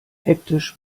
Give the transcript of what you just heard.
hektisch